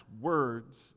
words